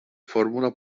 fórmula